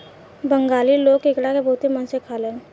बंगाली लोग केकड़ा के बहुते मन से खालेन